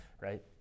right